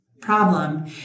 problem